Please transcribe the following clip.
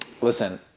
Listen